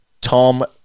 Tom